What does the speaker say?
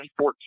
2014